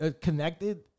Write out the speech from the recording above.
connected